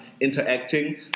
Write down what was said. interacting